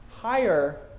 higher